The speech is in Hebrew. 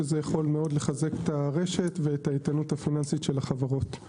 שזה יכול מאוד לחזק את הרשת ואת האיתנות הפיננסית של החברות.